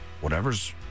whatever's